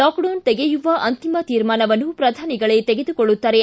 lockdown ತೆಗೆಯುವ ಅಂತಿಮ ತೀರ್ಮಾನವನ್ನು ಪ್ರಧಾನಿಗಳೇ ತೆಗೆದುಕೊಳ್ಳುತ್ತಾರೆ